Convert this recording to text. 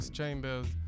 Chambers